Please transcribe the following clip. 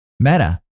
Meta